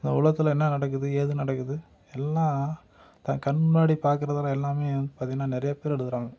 இந்த உலகத்தில் என்ன நடக்குது ஏது நடக்குது எல்லாம் தன் கண் முன்னாடி பாக்கிறதுல எல்லாம் பார்த்திங்கனா நிறையா பேர் எழுதுகிறாங்க